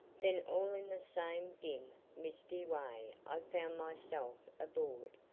then all in the same dim, misty way i found myself aboard,